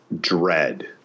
dread